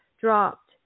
dropped